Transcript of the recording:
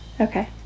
Okay